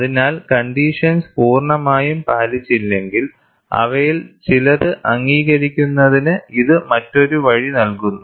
അതിനാൽ കണ്ടിഷൻസ് പൂർണ്ണമായും പാലിച്ചില്ലെങ്കിൽ അവയിൽ ചിലത് അംഗീകരിക്കുന്നതിന് ഇത് മറ്റോരു വഴി നൽകുന്നു